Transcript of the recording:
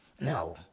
No